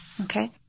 Okay